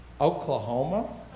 Oklahoma